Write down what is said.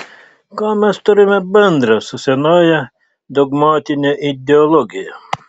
ką mes turime bendra su senąja dogmatine ideologija